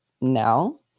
no